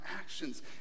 actions